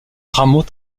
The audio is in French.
rameaux